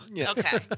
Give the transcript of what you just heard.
Okay